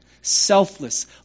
Selfless